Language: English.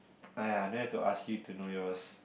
!aiya! then I have to ask you to know yours